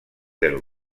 del